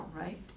right